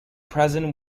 present